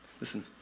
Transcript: listen